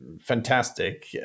fantastic